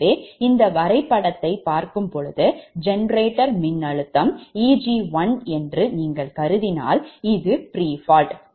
எனவேஇந்த வரைபடத்தைப் பார்க்கும்போது ஜெனரேட்டர் மின்னழுத்தம் 𝐸𝑔1 என்று நீங்கள் கருதினால் இது prefault